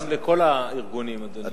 הוועדות הן לכל הארגונים, אדוני.